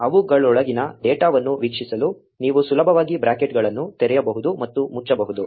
ಅವುಗಳೊಳಗಿನ ಡೇಟಾವನ್ನು ವೀಕ್ಷಿಸಲು ನೀವು ಸುಲಭವಾಗಿ ಬ್ರಾಕೆಟ್ಗಳನ್ನು ತೆರೆಯಬಹುದು ಮತ್ತು ಮುಚ್ಚಬಹುದು